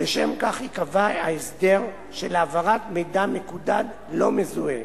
לשם כך ייקבע הסדר של העברת מידע מקודד לא מזוהה.